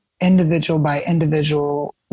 individual-by-individual